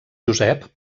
josep